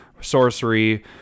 sorcery